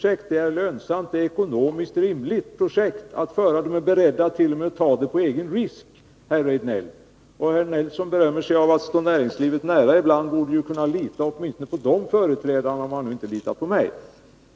Det är ett lönsamt och ett ekonomiskt rimligt projekt. Man ärt.o.m. beredd att genomföra det på egen risk, herr Rejdnell! Eric Rejdnell berömmer sig ju ibland av att stå näringslivet nära. Om han nu inte litar på mig, så borde han kunna lita åtminstone på dess företrädare.